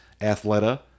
Athleta